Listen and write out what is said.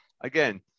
again